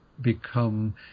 become